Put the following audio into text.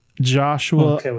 Joshua